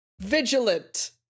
vigilant